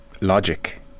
logic